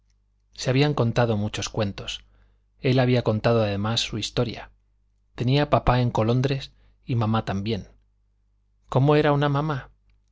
se habían contado muchos cuentos él había contado además su historia tenía papá en colondres y mamá también cómo era una mamá